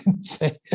say